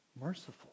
merciful